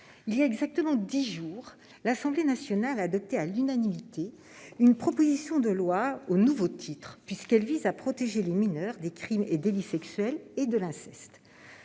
il y a exactement dix jours, l'Assemblée nationale a adopté à l'unanimité une proposition de loi dont le titre a changé, puisqu'elle vise désormais « à protéger les mineurs des crimes et délits sexuels et de l'inceste